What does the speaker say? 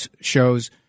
shows